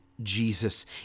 Jesus